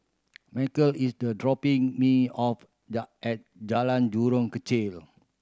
Markel is the dropping me off the at Jalan Jurong Kechil